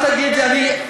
אל תגיד לי, אני, עשר